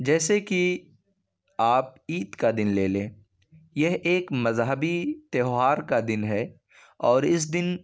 جیسے کہ آپ عید کا دن لے لیں یہ ایک مذہبی تہوار کا دن ہے اور اس دن